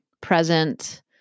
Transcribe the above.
present